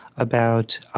about